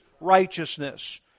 righteousness